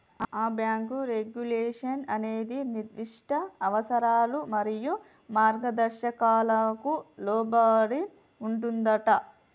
ఆ bank regulation అనేది నిర్దిష్ట అవసరాలు మరియు మార్గదర్శకాలకు లోబడి ఉంటుందంటా